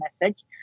message